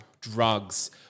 drugs